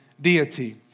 deity